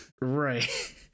Right